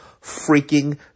freaking